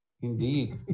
Indeed